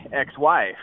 ex-wife